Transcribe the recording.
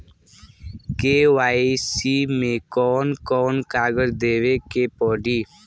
KYC मे कौन कौन कागज देवे के पड़ी?